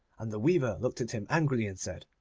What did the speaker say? and the weaver looked at him angrily, and said,